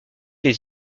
les